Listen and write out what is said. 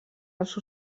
els